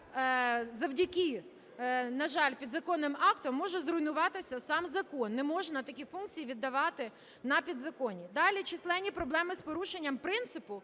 як завдяки, на жаль, підзаконним актам може зруйнуватися сам закон. Не можна такі функції віддавати на підзаконні. Далі. Численні проблеми з порушенням принципу